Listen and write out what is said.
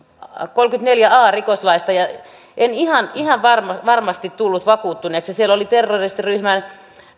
kolmekymmentäneljä a rikoslaista ja en ihan ihan varmasti varmasti tullut vakuuttuneeksi siellä oli terroristiryhmän